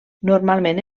normalment